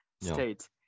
State